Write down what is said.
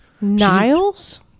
Niles